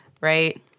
Right